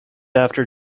after